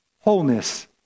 wholeness